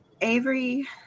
Avery